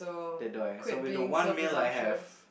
so with the one mil I have